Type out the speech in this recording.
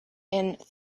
and